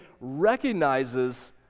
recognizes